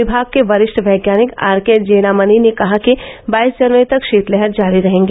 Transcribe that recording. विभाग के वरिष्ठ वैज्ञानिक आर के जेनामनी ने कहा कि बाईस जनवरी तक शीत लहर जारी रहेंगी